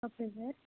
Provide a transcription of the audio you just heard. okay sir